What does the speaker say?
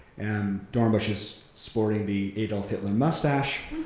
and dornbush is sporting the adolf hitler mustache,